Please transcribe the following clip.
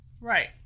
Right